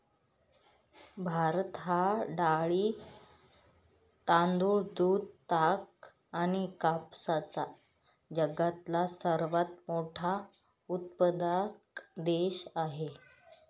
भारत हा डाळी, तांदूळ, दूध, ताग आणि कापसाचा जगातील सर्वात मोठा उत्पादक देश आहे